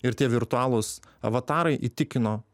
ir tie virtualūs avatarai įtikino